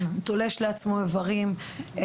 תולש לעצמו איברים,